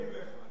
לא מתאים לך.